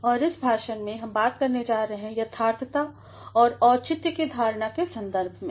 और इस भाषण में हम बात करने जा रहे हैंयथार्थताऔर औचित्य की धारणाके सन्दर्भमें